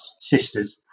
sisters